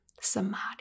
samadhi